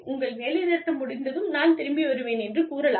உங்கள் வேலைநிறுத்தம் முடிந்ததும் நான் திரும்பி வருவேன் என்று கூறலாம்